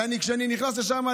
וכשאני נכנס לשם,